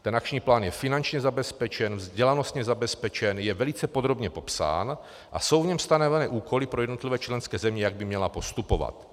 Ten akční plán je finančně zabezpečen, vzdělanostně zabezpečen, jen velice podrobně popsán a jsou v něm stanoveny úkoly pro jednotlivé členské země, jak by měly postupovat.